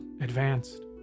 advanced